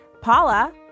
Paula